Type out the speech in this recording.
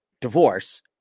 divorce